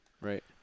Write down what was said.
Right